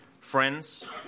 friends